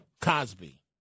Cosby